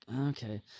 Okay